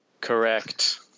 Correct